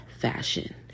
fashion